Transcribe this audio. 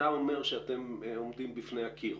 ואתה אומר שאתם עומדים בפני הקיר.